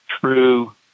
true